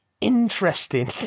interesting